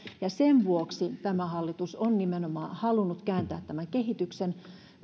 ja sen vuoksi tämä hallitus on nimenomaan halunnut kääntää tämän kehityksen